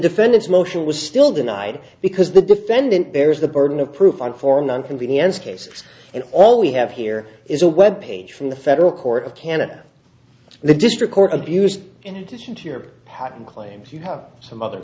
defendant's motion was still denied because the defendant bears the burden of proof on form one convenience case and all we have here is a web page from the federal court of canada the district court abused and into your patent claims you have some other